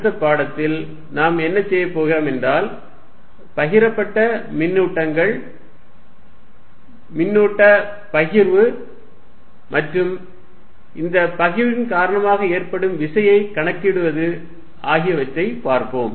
அடுத்த பாடத்தில் நாம் என்ன செய்யப் போகிறோம் என்றால் பகிரப்பட்ட மின்னூட்டங்கள் மின்னூட்ட பகிர்வு மற்றும் இந்த பகிர்வின் காரணமாக ஏற்படும் விசையை கணக்கிடுவது ஆகியவற்றை பார்ப்போம்